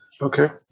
Okay